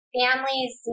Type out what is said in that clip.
families